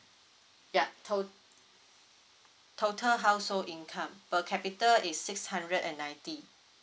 yeah to~ total household income per capital is six hundred and ninety